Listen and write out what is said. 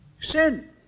sin